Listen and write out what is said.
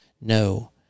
No